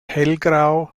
hellgrau